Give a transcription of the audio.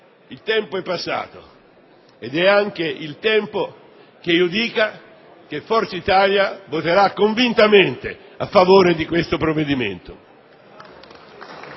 il tempo è passato ed è anche il momento che io dica che Forza Italia voterà convintamente a favore di questo provvedimento.